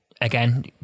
again